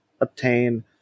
obtain